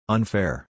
Unfair